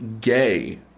gay